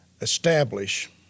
establish